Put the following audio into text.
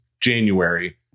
January